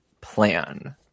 plan